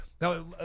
Now